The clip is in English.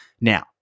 Now